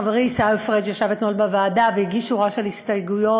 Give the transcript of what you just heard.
חברי עיסאווי פריג' ישב אתמול בוועדה והגיש שורה של הסתייגויות.